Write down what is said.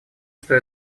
что